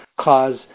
cause